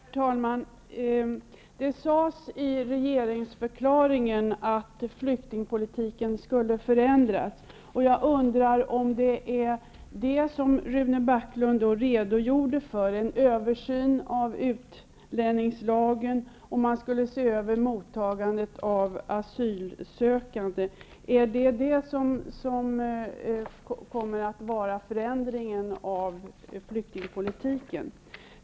Herr talman! Det sades i regeringsförklaringen att flyktingpolitiken skulle förändras. Jag undrar om det var den förändringen som Rune Backlund redogjorde för, nämligen en översyn av utlänningslagen och av mottagandet av asylsökande. Är det detta som är förändringen av flyktingpolitiken?